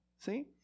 see